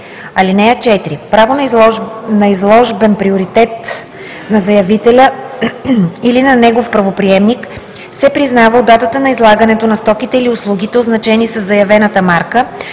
по нея. (4) Право на изложбен приоритет на заявителя или на негов правоприемник се признава от датата на излагането на стоките или услугите, означени със заявената марка,